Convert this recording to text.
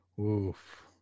Oof